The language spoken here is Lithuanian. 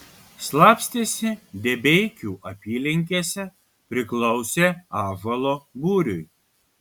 slapstėsi debeikių apylinkėse priklausė ąžuolo būriui